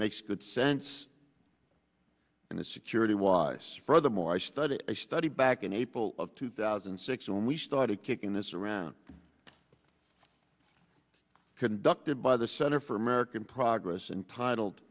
makes good sense and the security wise furthermore i studied a study back in april of two thousand and six and we started kicking this around conducted by the center for american progress and titled